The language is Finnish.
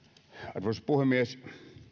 arvoisa puhemies